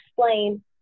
explain